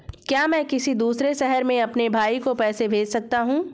क्या मैं किसी दूसरे शहर में अपने भाई को पैसे भेज सकता हूँ?